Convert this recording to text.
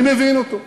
אני מבין אותו,